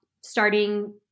starting